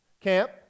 camp